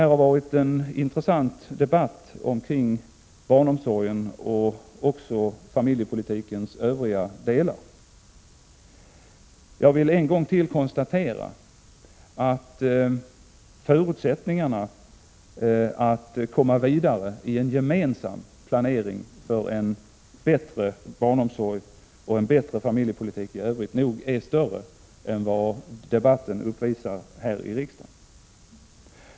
Det har varit en intressant debatt om barnomsorgen och om familjepolitikens övriga delar. Jag vill än en gång konstatera att förutsättningarna att komma vidare i en gemensam planering för en bättre barnomsorg och en bättre familjepolitik i övrigt är större än vad dagens debatt här i riksdagen uppvisar.